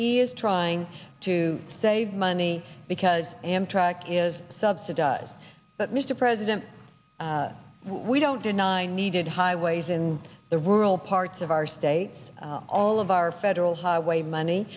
he's trying to save money because amtrak is subsidized but mr president we don't deny needed highways in the rural parts of our states all of our federal highway money